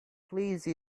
please